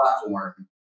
platform